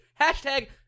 Hashtag